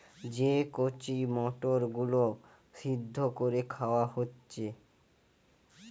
যে কচি মটর গুলো সিদ্ধ কোরে খাওয়া হচ্ছে